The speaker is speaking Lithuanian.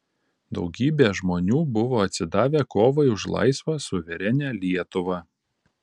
daugybė žmonių buvo atsidavę kovai už laisvą suverenią lietuvą